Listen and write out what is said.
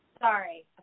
Sorry